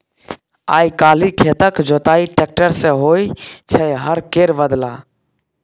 आइ काल्हि खेतक जोताई टेक्टर सँ होइ छै हर केर बदला